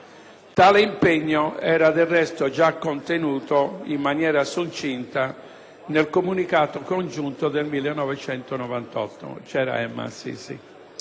Tale impegno, del resto, era già contenuto in maniera succinta nel Comunicato congiunto del 1998.